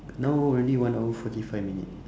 now already one hour forty five minute